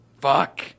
Fuck